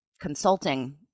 consulting